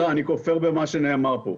סליחה, אני כופר במה שנאמר פה.